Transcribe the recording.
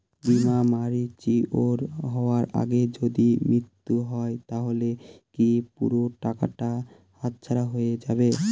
বীমা ম্যাচিওর হয়ার আগেই যদি মৃত্যু হয় তাহলে কি পুরো টাকাটা হাতছাড়া হয়ে যাবে?